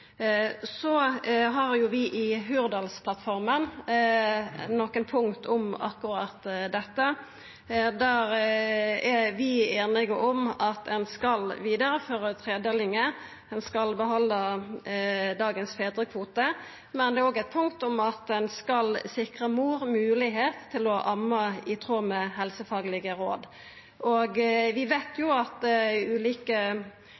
vi nokre punkt om akkurat dette. Der er vi einige om at ein skal vidareføra tredelinga, ein skal behalda dagens fedrekvote, men det er òg eit punkt om at ein skal sikra mor moglegheit til å amma i tråd med helsefaglege råd. Vi veit at ulike